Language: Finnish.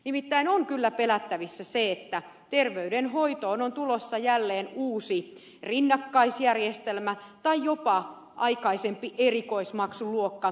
nimittäin on kyllä pelättävissä se että terveydenhoitoon on tulossa jälleen uusi rinnakkaisjärjestelmä tai jopa aikaisempi erikoismaksuluokka